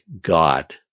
God